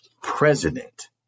president